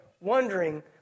wondering